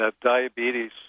diabetes